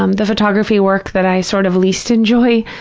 um the photography work that i sort of least enjoy,